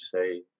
say